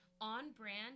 on-brand